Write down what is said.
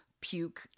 puke